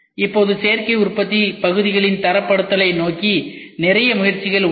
இப்போது சேர்க்கை உற்பத்தி பகுதிகளின் தரப்படுத்தலை நோக்கி நிறைய முயற்சிகள் உள்ளன